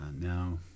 now